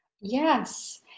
Yes